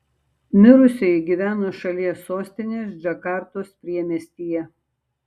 mirusioji gyveno šalies sostinės džakartos priemiestyje